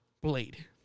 Blade